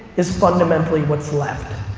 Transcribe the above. is fundamentally what's left.